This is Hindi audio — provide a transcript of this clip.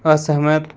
असहमत